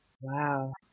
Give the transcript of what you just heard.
Wow